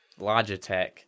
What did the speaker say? Logitech